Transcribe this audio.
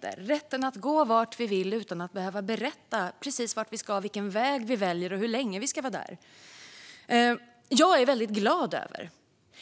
Det handlar om rätten att gå vart vi vill utan att behöva berätta precis vart vi ska, vilken väg vi väljer och hur länge vi ska vara där. Jag är väldigt glad över